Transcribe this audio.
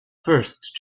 first